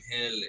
Hill